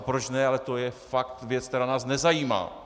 Proč ne, ale to je fakt věc, která nás nezajímá.